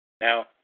Now